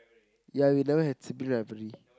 ya we never have sibling rivalry